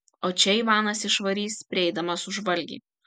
o čia ivanas išvarys prieidamas už valgį